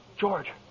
George